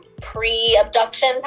pre-abduction